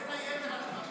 בין היתר על הדברים